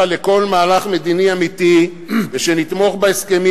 לכל מהלך מדיני אמיתי ושנתמוך בהסכמים,